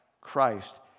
Christ